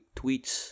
tweets